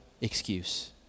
excuse